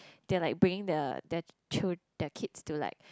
they're like bringing the their their chil~ their kids to like